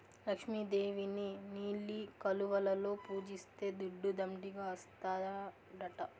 లక్ష్మి దేవిని నీలి కలువలలో పూజిస్తే దుడ్డు దండిగా ఇస్తాడట